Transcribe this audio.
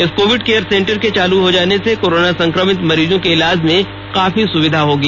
इस Covid care centre के चालू हो जाने से कोरोना संक्रमित मरीजों के इलाज में काफी सुविधा होगी